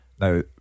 Now